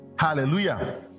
Hallelujah